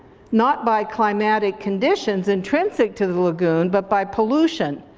not by climatic conditions intrinsic to the lagoon but by pollution,